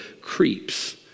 creeps